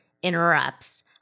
interrupts